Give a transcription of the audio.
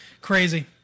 crazy